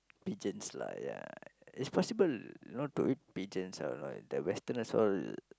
pigeons lah ya it's possible you know to eat pigeons all the westerners all